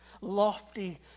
lofty